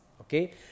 Okay